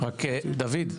דוד,